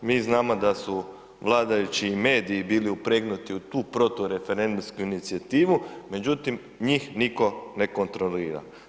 Mi znamo da su vladajući i mediji bili upregnuti u tu protureferendumsku inicijativu, međutim, njih nitko ne kontrolira.